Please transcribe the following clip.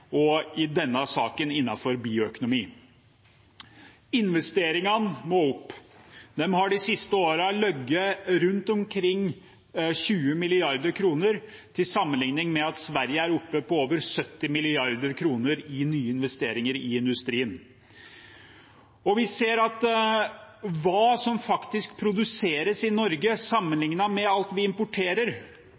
bioøkonomi. Investeringene må opp. De har de siste årene ligget på omkring 20 mrd. kr, til sammenligning med Sverige, som er oppe på over 70 mrd. kr i nye investeringer i industrien. Vi ser at det som faktisk produseres i Norge, sammenlignet med alt vi importerer,